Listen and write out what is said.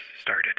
started